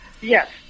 Yes